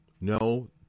No